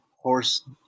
horse